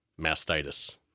mastitis